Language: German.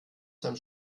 seinem